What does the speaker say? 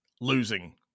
losing